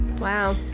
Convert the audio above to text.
Wow